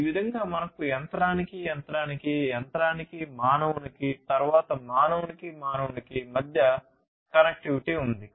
ఈ విధంగా మనకు యంత్రానికి యంత్రానికి యంత్రానికి మానవునికి తరువాత మానవునికి మానవునికి మధ్య కనెక్టివిటీ ఉంది